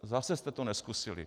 Zase jste to nezkusili.